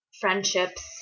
friendships